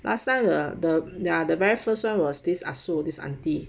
last time the the the very first [one] was this ah so this auntie